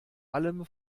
allem